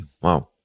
wow